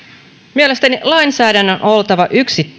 mielestäni lainsäädännön on oltava